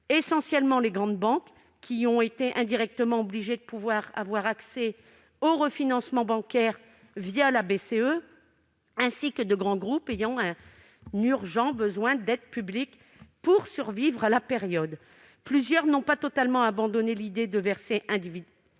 essentiellement les grandes banques, qui ont été indirectement obligées de pouvoir avoir accès au refinancement bancaire la Banque centrale européenne, la BCE, ainsi que de grands groupes ayant un urgent besoin d'aides publiques pour survivre à la période. Plusieurs n'ont pas totalement abandonné l'idée de verser un dividende